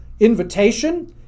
invitation